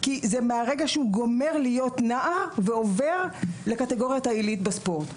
מהרגע שהוא גומר להיות נער ועובר לקטגורית העילית בספורט.